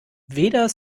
weder